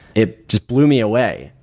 it just blew me away.